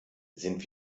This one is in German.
sind